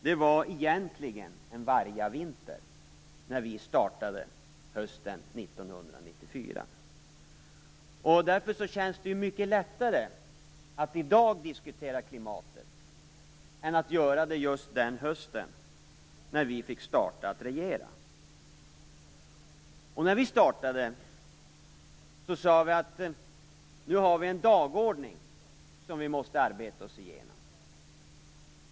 Det var egentligen en vargavinter när vi startade hösten 1994. Därför känns det mycket lättare att diskutera klimatet i dag än den hösten när vi fick börja regera. När vi startade sade vi att vi hade en dagordning som vi måste arbeta oss igenom.